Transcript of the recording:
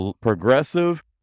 progressive